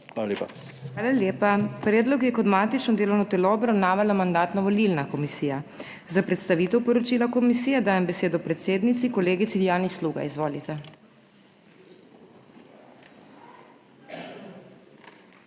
MEIRA HOT: Hvala lepa. Predlog je kot matično delovno telo obravnavala Mandatno-volilna komisija. Za predstavitev poročila komisije dajem besedo predsednici, kolegici Janji Sluga. Izvolite.